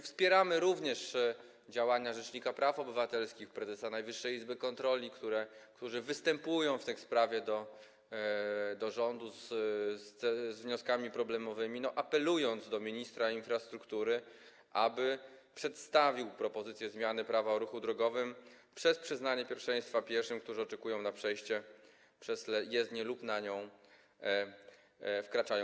Wspieramy również działania rzecznika praw obywatelskich i prezesa Najwyższej Izby Kontroli, którzy występują w tej sprawie do rządu z wnioskami problemowymi, apelując do ministra infrastruktury, aby przedstawił propozycję zmiany prawa o ruchu drogowym przez przyznanie pierwszeństwa pieszym, którzy oczekują na przejście przez jezdnię lub na nią wkraczają.